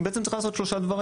היא צריכה לעשות 3 דברים: